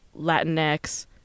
Latinx